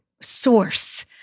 source